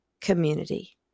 community